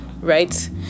Right